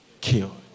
killed